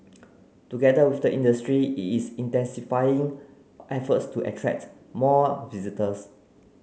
together with the industry it is intensifying efforts to attract more visitors